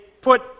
put